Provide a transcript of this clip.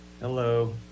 Hello